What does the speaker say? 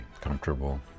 comfortable